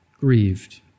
grieved